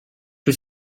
was